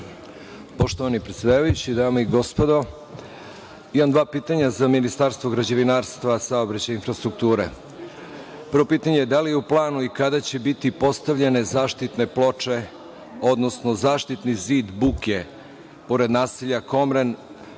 Poštovani predsedavajući, dame i gospodo, imam dva pitanja za Ministarstvo građevinarstva, saobraćaja i infrastrukture. Prvo pitanje - da li je u planu i kada će biti postavljene zaštitne ploče, odnosno zaštitni zid buke pored naselja Komren